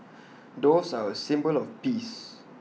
doves are A symbol of peace